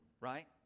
right